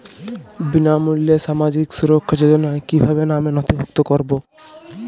বিনামূল্যে সামাজিক সুরক্ষা যোজনায় কিভাবে নামে নথিভুক্ত করবো?